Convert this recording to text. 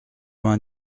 vingt